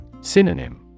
Synonym